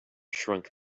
shrunk